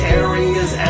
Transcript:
areas